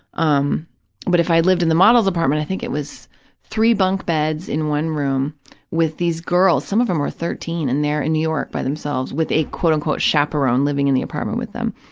um but if i lived in the models' apartment, i think it was three bunk beds in one room with these girls, some of them were thirteen and they're in new york by themselves, with a, quote, unquote, chaperone living in the apartment with them.